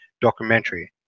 documentary